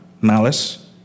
malice